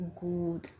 good